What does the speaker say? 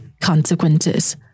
consequences